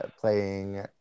playing